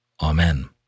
Amen